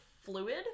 fluid